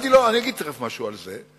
אני תיכף אגיד משהו על זה,